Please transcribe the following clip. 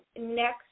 next